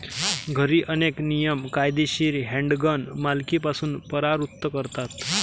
घरी, अनेक नियम कायदेशीर हँडगन मालकीपासून परावृत्त करतात